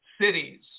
cities